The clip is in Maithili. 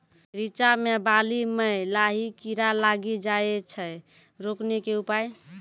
रिचा मे बाली मैं लाही कीड़ा लागी जाए छै रोकने के उपाय?